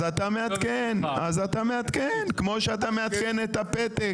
אז אתה מעדכן, כמו שאתה מעדכן את הפתק.